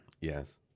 Yes